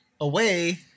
away